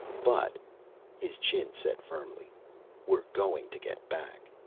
but his chin set firmly we're going to get back.